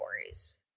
categories